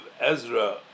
Ezra